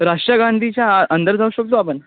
राष्ट्रीय गांधीच्या अंदर जाऊ शकतो आपण